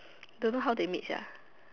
don't know how they meet sia